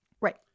right